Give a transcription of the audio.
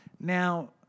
Now